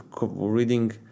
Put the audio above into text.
Reading